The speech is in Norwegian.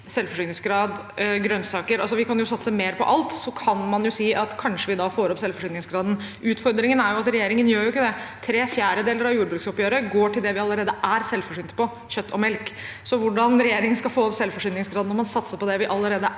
selvforsyningsgrad for grønnsaker. Vi kan jo satse mer på alt, og da kan man kanskje si at vi får opp selvforsyningsgraden. Utfordringen er jo at regjeringen ikke gjør det. Tre fjerdedeler av jordbruksoppgjøret går til det vi allerede er selvforsynt med – kjøtt og melk. Hvordan regjeringen skal få opp selvforsyningsgraden når man satser på det vi allerede er selvforsynt med,